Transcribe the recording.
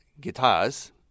guitars